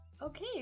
Okay